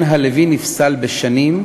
אין הלוי נפסל בשנים,